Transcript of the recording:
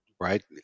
right